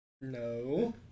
No